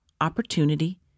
opportunity